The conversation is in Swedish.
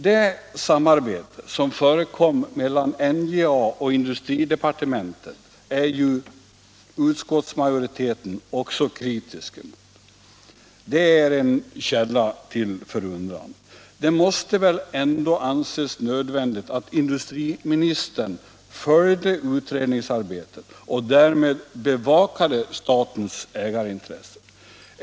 Det samarbete som förekom mellan NJA och industridepartementet är utskottsmajoriteten också kritisk emot. Det är en källa till förundran. Det måste väl ändå anses nödvändigt att industriministern följde utredningsarbetet och därmed bevakade statens ägarintresse?